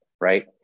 Right